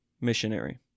missionary